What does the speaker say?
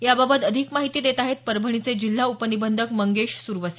याबाबत अधिक माहिती देत आहेत परभणीचे जिल्हा उपनिबंधक मंगेश सुरवसे